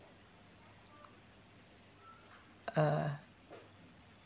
uh